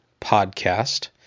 Podcast